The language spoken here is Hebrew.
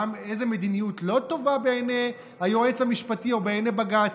איזו מדיניות לא טובה בעיני היועץ המשפטי או בעיני בג"ץ.